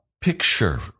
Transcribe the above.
picture